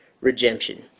redemption